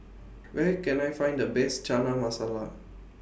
Where Can I Find The Best Chana Masala